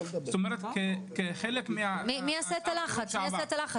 מי יעשה את הלחץ?